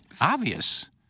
obvious